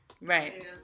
Right